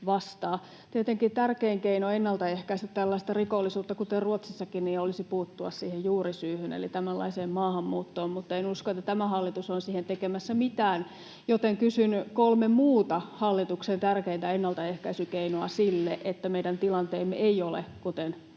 tärkein keino ennalta ehkäistä tällaista rikollisuutta, kuten Ruotsissakin, olisi puuttua siihen juurisyyhyn eli tämänlaiseen maahanmuuttoon, mutta en usko, että tämä hallitus on siihen tekemässä mitään, joten kysyn kolme muuta hallituksen tärkeintä ennaltaehkäisykeinoa sille, että meidän tilanteemme ei ole kuten